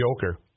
Joker